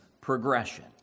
progression